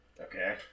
Okay